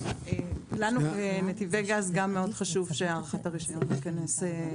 לנו כנתיבי גז גם מאוד חשוב שהארכת הרישיון תיכנס.